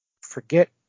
forget